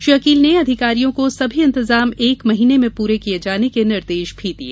श्री अकील ने अधिकारियों को सभी इंतजाम एक महीने में पूरे किये जाने के निर्देश भी दिये